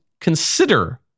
consider